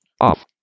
Off